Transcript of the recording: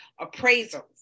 appraisals